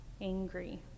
angry